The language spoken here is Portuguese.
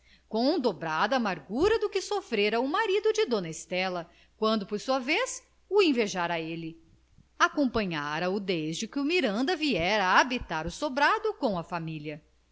com dobrada amargura do que sofrera o marido de dona estela quando por sua vez o invejara a ele acompanhara o desde que o miranda viera habitar o sobrado com a família